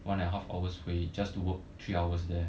one and a half hours 回 just to work three hours there